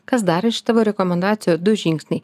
kas dar iš tavo rekomendacijų du žingsniai